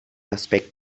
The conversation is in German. aspekt